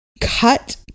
cut